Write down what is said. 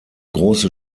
große